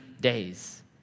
days